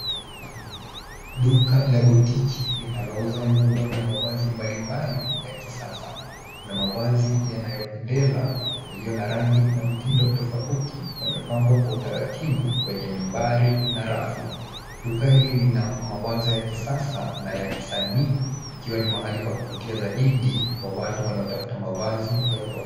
Duka la botiki linalouza nguo na mavazi mbalimbali ya kisasa. Kuna mavazi yanayopendeza yaliyo na rangi na mtindo tofauti. Yamepambwa kwa utaratibu kwenye mimbari na rafu. Duka hili lina mawazo ya kisasa na ya kisanii ikiwa ni mahali pa kuvutia zaidi kwa watu wanaotafuta mavazi ya ubora.